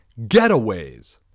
Getaways